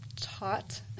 taught